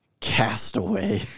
Castaway